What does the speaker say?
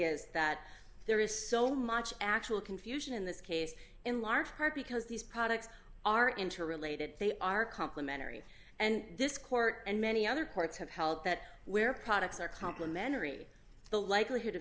is that there is so much actual confusion in this case in large part because these products are interrelated they are complimentary and this court and many other courts have held that where products are complimentary the likelihood of